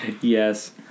Yes